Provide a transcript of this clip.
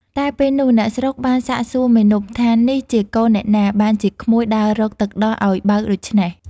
តែពេលនោះ អ្នកស្រុកបានសាកសួរមាណពថានេះជាកូនអ្នកណាបានជាក្មួយដើររកទឹកដោះឲ្យបៅដូច្នេះ?